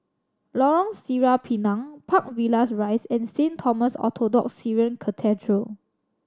Lorong Sireh Pinang Park Villas Rise and Saint Thomas Orthodox Syrian Cathedral